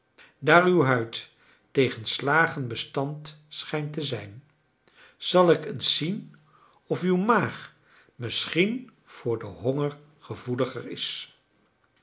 daar uw huid tegen slagen bestand schijnt te zijn zal ik eens zien of uw maag misschien voor den honger gevoeliger is